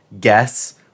guess